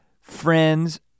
friends